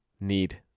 need